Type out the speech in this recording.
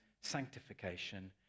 sanctification